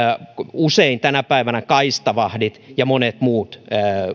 usein tänä päivänä kaistavahdit ja monet muut